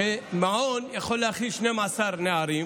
מעון יכול להכיל 12 נערים.